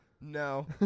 No